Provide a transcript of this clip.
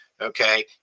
okay